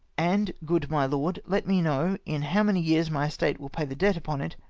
and, good my lord, let me know in how many years my estate will pay the debt upon it,